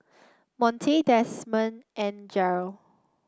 Monte Demond and Jeryl